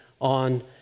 on